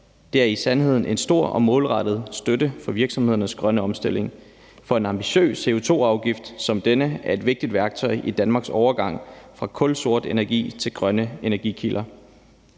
Det er i sandhed en stor og målrettet støtte for virksomhedernes grønne omstilling, for en ambitiøs CO2-afgift som denne er et vigtigt værktøj i Danmarks overgang fra kulsort energi til grønne energikilder.